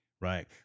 right